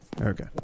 Okay